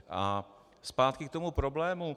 A zpátky k tomu problému.